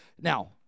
Now